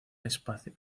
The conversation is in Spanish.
espacio